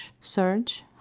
search